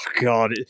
God